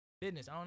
Business